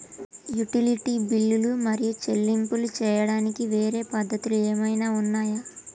Utility బిల్లులు మరియు చెల్లింపులు చేయడానికి వేరే పద్ధతులు ఏమైనా ఉన్నాయా?